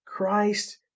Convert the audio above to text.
Christ